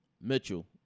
Mitchell